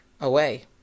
away